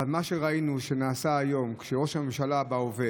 אבל מה שראינו שנעשה היום, ראש הממשלה בהווה